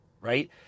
right